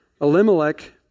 Elimelech